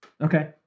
Okay